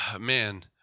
man